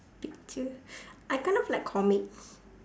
picture I kind of like comics